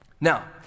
Now